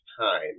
time